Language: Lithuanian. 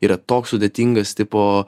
yra toks sudėtingas tipo